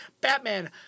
Batman